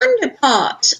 underparts